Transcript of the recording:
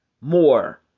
more